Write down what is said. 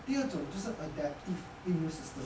第二种就是 adaptive immune system